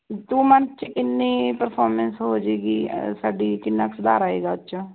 to month 'ਚ ਕਿੰਨੀ performance ਹੋ ਜਾਵੇਗੀ ਅ ਸਾਡੀ ਕਿੰਨਾ ਕੁ ਸੁਧਾਰ ਆਵੇਗਾ ਉਹ 'ਚ